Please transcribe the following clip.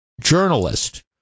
journalist